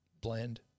blend